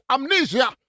Amnesia